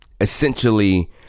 essentially